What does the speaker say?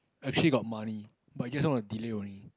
actually got money but just want to delay only